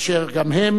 אשר, גם הם